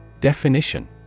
Definition